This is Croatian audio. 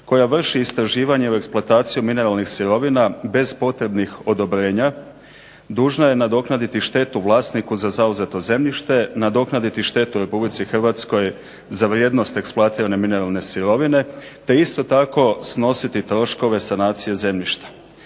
koja vrši istraživanja u eksploataciji mineralnih sirovina bez potrebnih odobrenja dužna je nadoknaditi štetu vlasniku za zauzeto zemljište, nadoknaditi štetu Republici Hrvatskoj za vrijednost eksploatirane mineralne sirovine, te isto tako snositi troškove sanacije zemljišta.